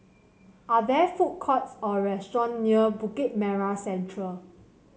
are there food courts or restaurant near Bukit Merah Central